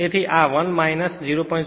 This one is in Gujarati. તેથી આ 1 0